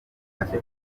afite